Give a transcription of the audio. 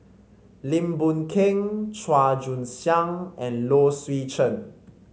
Lim Boon Keng Chua Joon Siang and Low Swee Chen